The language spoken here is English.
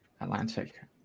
Atlantic